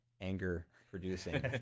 anger-producing